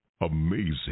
Amazing